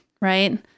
right